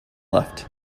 left